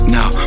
Now